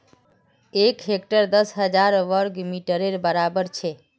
एक हेक्टर दस हजार वर्ग मिटरेर बड़ाबर छे